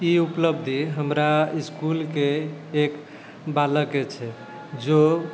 ई उपलब्धि हमरा इसकुलके एक बालकके छै जे